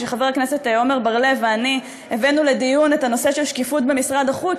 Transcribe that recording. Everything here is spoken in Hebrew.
כשחבר הכנסת עמר בר-לב ואני הבאנו לדיון את הנושא של שקיפות במשרד החוץ,